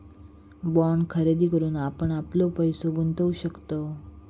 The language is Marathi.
बाँड खरेदी करून आपण आपलो पैसो गुंतवु शकतव